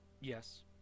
Yes